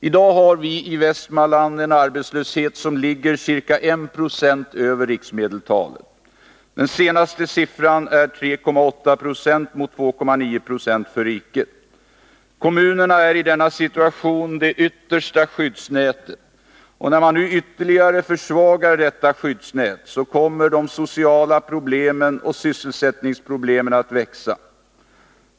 I dag har vi i Västmanland en arbetslöshet som ligger ca 190 över riksmedeltalet. Den senaste siffran är 3,8 96 mot 2,9 20 för riket. Kommunerna är i denna situation det yttersta skyddsnätet, och när man nu ytterligare försvagar detta skyddsnät så kommer de sociala problemen och sysselsättningsproblemen att växa.